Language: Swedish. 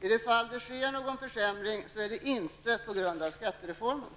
I de fall det ändå sker någon försämring är det inte på grund av skattereformen.